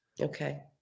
Okay